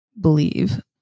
believe